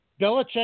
Belichick